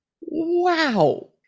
Wow